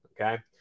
okay